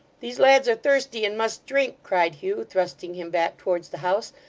these lads are thirsty and must drink cried hugh, thrusting him back towards the house.